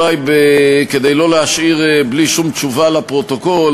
כדי לא להשאיר בלי שום תשובה לפרוטוקול,